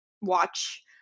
watch